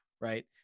right